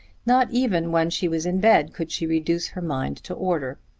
not even when she was in bed could she reduce her mind to order.